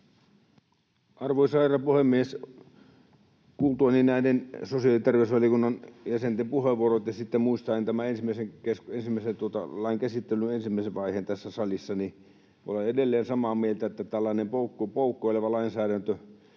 Arvoisa herra puhemies! Kuultuani näiden sosiaali- ja terveysvaliokunnan jäsenten puheenvuorot ja sitten muistaen tämän lain käsittelyn ensimmäisen vaiheen tässä salissa olen edelleen samaa mieltä, että tällaisesta poukkoilevasta lainsäädännöstä